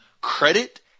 credit